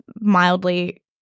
mildly